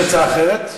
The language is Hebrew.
יש הצעה אחרת?